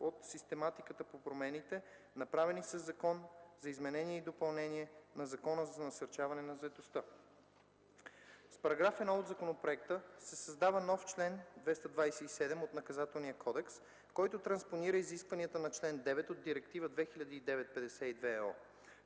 от систематиката на промените, направени със Закона за изменение и допълнение на Закона за насърчаване на заетостта. С § 1 от законопроекта се създава нов чл. 227 от Наказателния кодекс, който транспонира изискванията на чл. 9 от Директива 2009/52/ЕО.